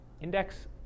index